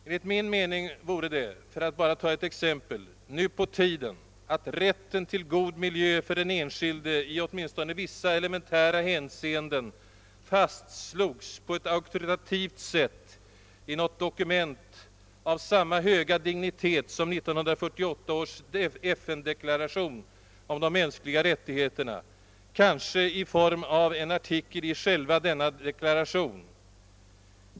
Enligt min mening vore det, för att ta ett exempel, nu på tiden att rätten till god miljö för den enskilda människan i åtminstone vissa elementära hänseenden fastslogs på ett auktoritativt sätt i något dokument av samma höga dignitet som 1948 års FN-deklaration om de mänskliga rättigheterna — kanske i form av en artikel i denna deklaration.